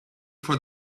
fois